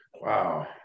Wow